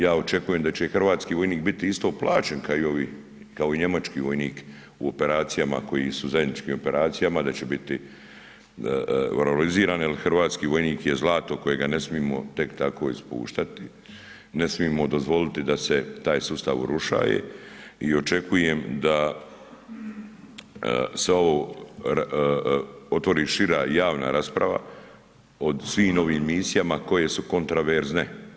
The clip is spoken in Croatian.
Ja očekujem da će i hrvatski vojnik biti isto plaćen kao i ovi, kao i njemački vojnik u operacijama koji su u zajedničkim operacijama, da će biti ... jer hrvatski vojnik je zlato kojega ne smijemo tek tako ispuštati, ne smijemo dozvoliti da se taj sustav urušava i očekujem da se ovo otvori šira javna raspravama o svim ovim misijama koje su kontroverzne.